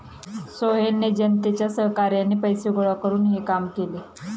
सोहेलने जनतेच्या सहकार्याने पैसे गोळा करून हे काम केले